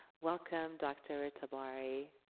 welcome, dr. ah tabari.